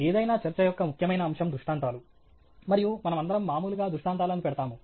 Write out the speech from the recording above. ఏదైనా చర్చ యొక్క ముఖ్యమైన అంశం దృష్టాంతాలు మరియు మనమందరం మామూలుగా దృష్టాంతాలను పెడతాము